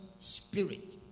Spirit